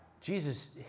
Jesus